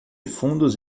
fundos